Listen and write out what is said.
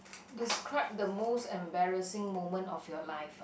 describe the most embarrassing moment of your life ah